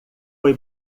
foi